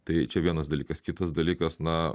tai čia vienas dalykas kitas dalykas na